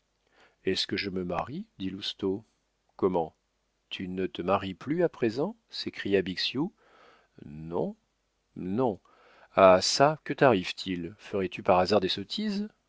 est-ce que je me marie dit lousteau comment tu ne te maries plus à présent s'écria bixiou non non ah çà que tarrive t il ferais-tu par hasard des sottises